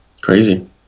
Crazy